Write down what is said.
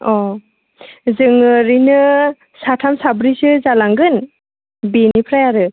अ जों ओरैनो साथान साब्रैसो जालांगोन बेनिफ्राय आरो